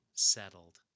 settled